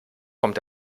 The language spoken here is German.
kommt